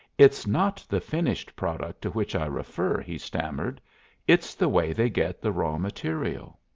it's not the finished product to which i refer, he stammered it's the way they get the raw material.